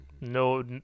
No